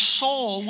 soul